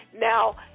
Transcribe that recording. Now